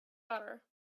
better